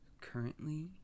currently